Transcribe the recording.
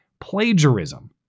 plagiarism